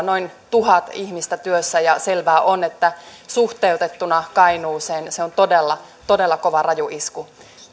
tuhat ihmistä työssä ja selvää on että suhteutettuna kainuuseen se on todella todella kova ja raju isku